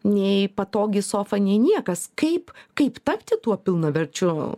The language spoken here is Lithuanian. nei patogi sofa nei niekas kaip kaip tapti tuo pilnaverčiu